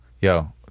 Yo